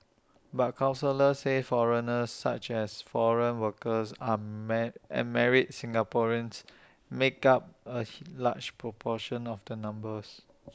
but counsellors say foreigners such as foreign workers and married Singaporeans make up A large proportion of the numbers